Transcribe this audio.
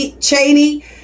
Cheney